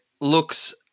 looks